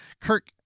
Kirk